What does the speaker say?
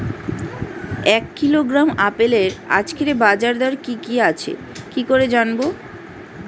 এক কিলোগ্রাম আপেলের আজকের বাজার দর কি কি আছে কি করে জানবো?